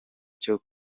cyo